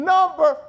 Number